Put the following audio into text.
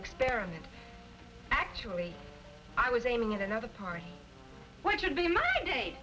experiment actually i was aiming at another part which would be my da